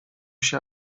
się